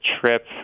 trip